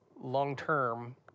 long-term